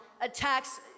attacks